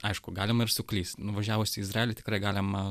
aišku galima ir suklyst nuvažiavus į izraelį tikrai galima